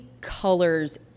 colors